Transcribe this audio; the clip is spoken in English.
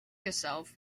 yourself